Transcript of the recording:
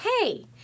hey